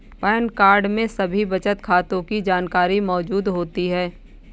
pan card में सभी बचत खातों की जानकारी मौजूद होती है